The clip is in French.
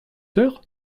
sœur